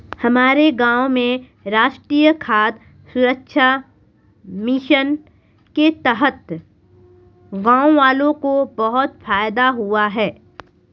हमारे गांव में राष्ट्रीय खाद्य सुरक्षा मिशन के तहत गांववालों को बहुत फायदा हुआ है